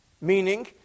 Meaning